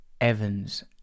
Evans